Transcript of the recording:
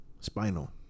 Spinal